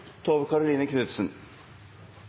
Tove Karoline Knutsen